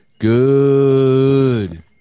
good